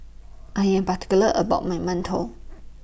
I Am particular about My mantou